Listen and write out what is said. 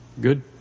good